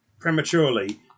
Prematurely